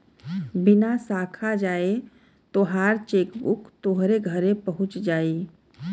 बिना साखा जाए तोहार चेकबुक तोहरे घरे पहुच जाई